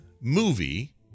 movie